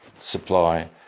supply